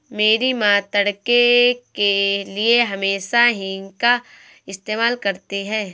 मेरी मां तड़के के लिए हमेशा हींग का इस्तेमाल करती हैं